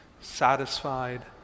satisfied